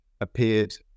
appeared